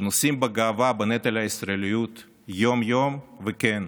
שנושאים בגאווה בנטל הישראליות יום-יום, וכן,